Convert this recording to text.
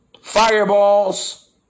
Fireballs